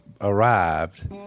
arrived